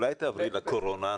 אולי תעברי לקורונה,